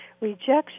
rejection